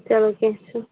چلو کیٚنٛہہ چھُنہٕ